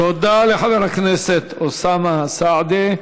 תודה לחבר הכנסת אוסאמה סעדי.